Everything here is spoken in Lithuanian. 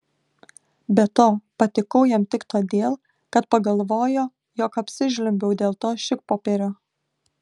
be to patikau jam tik todėl kad pagalvojo jog apsižliumbiau dėl to šikpopierio